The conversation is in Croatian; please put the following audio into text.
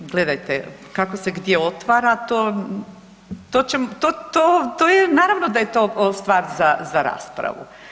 Gledajte kako se gdje otvara to je, naravno da je to stvar za raspravu.